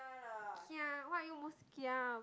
kia what are you most kia about